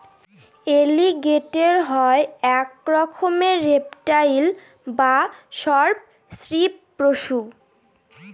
এলিগেটের হয় এক রকমের রেপ্টাইল বা সর্প শ্রীপ পশু